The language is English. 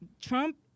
Trump